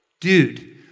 dude